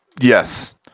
Yes